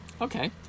Okay